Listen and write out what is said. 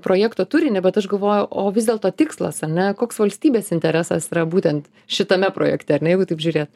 projekto turinį bet aš galvoju o vis dėlto tikslas ar ne koks valstybės interesas yra būtent šitame projekte ar ne jeigu taip žiūrėt